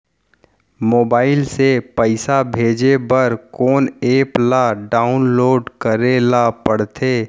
Mobile से पइसा भेजे बर कोन एप ल डाऊनलोड करे ला पड़थे?